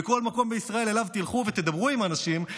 בכל מקום בישראל שאליו תלכו ותדברו עם אנשים,